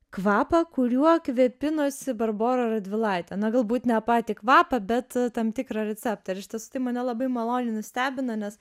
kvapą kuriuo kvėpinosi barbora radvilaitė na galbūt ne patį kvapą bet tam tikrą receptą ir iš tiesų tai mane labai maloniai nustebino nes